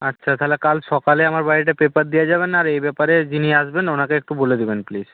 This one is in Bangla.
আচ্ছা তাহলে কাল সকালে আমার বাড়িতে পেপার দিয়ে যাবেন আর এই ব্যাপারে যিনি আসবেন ওনাকে একটু বলে দেবেন প্লিজ